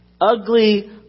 ugly